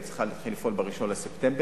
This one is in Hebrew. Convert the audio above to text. צריכה להתחיל לפעול ב-1 בספטמבר.